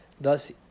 Thus